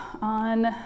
on